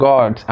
God